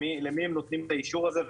למה צריך אומץ לקיים אותו?